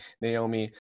Naomi